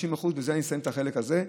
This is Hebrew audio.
ובזה אני מסיים את החלק הזה,